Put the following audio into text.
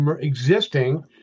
existing